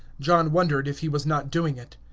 john wondered if he was not doing it.